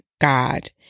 God